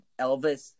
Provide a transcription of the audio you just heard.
Elvis